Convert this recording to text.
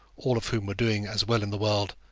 all of whom were doing as well in the world,